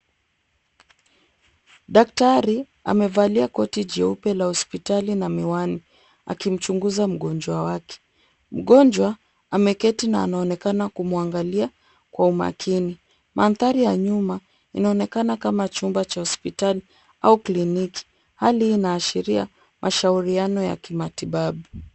Daktari amevalia koti jeupe la hospitali na miwani akimchunguza mgonjwa wake, mgonjwa ameketi na anaonekana kumwangalia kwa umakini, mandhari ya nyuma inaonekana kama chumba cha hospitali au kliniki hali hii inaashiria washauriano ya kimatibabu.